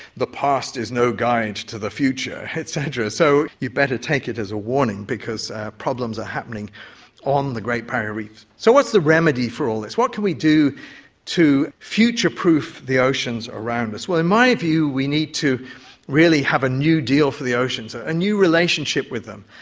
the past is no guide to the future, et cetera, so you'd better take it as a warning because problems are happening on the great barrier reef. so what's the remedy for all what can we do to future-proof the oceans around us? well, in my view we need to really have a new deal for the oceans, a a new relationship with them.